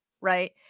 right